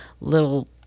little